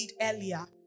earlier